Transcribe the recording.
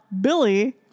Billy